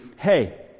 Hey